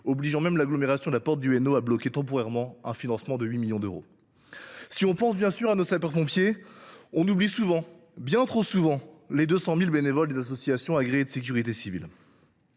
communauté d’agglomération de La Porte du Hainaut à bloquer, temporairement, un financement de quasi 8 millions d’euros. Si l’on pense bien sûr aux sapeurs pompiers, on oublie souvent, bien trop souvent, les 200 000 bénévoles des associations agréées de sécurité civile.